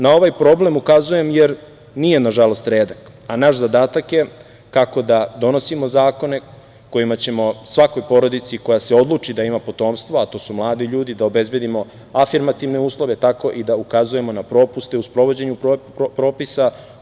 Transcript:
Na ovaj problem ukazujem, jer nije nažalost redak, a naš zadatak je kako da donosimo zakone kojima ćemo svakoj porodici koja se odluči da ima potomstvo, a to su mladi ljudi, da obezbedimo afirmativne uslove, tako i da ukazujemo na propuste u sprovođenju propisa.